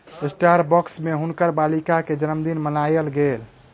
Starbucks में हुनकर बालिका के जनमदिन मनायल गेल